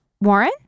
Warren